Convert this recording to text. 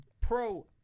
Pro